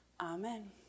Amen